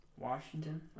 Washington